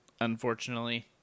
unfortunately